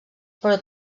però